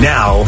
Now